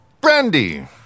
Brandy